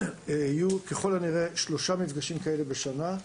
יהיו ככל הנראה שלושה מפגשים בשנה.